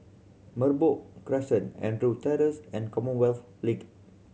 Merbok Crescent Andrew Terrace and Commonwealth Link